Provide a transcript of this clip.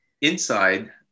inside